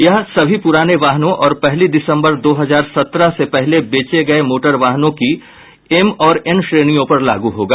यह सभी पुराने वाहनों और पहली दिसम्बर दो हजार सत्रह से पहले बेचे गए मोटर वाहनों की एम और एन श्रेणियों पर लागू होगा